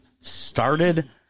started